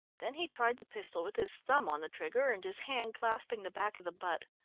then he tried the pistol with his thumb on the trigger and his hand clasping the back of the butt.